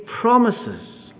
promises